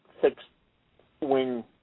fixed-wing